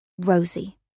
Rosie